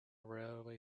railway